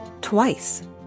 twice